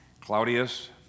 Claudius